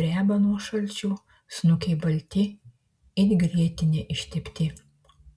dreba nuo šalčio snukiai balti it grietine ištepti